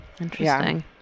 interesting